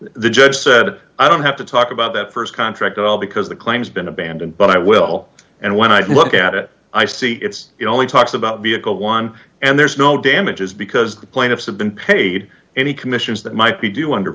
the judge said i don't have to talk about that st contract at all because the claims been abandoned but i will and when i look at it i see it's only talks about vehicle one and there's no damages because the plaintiffs have been paid any commissions that might be due under